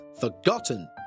forgotten